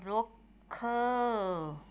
ਰੁੱਖ